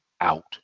out